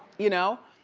you know?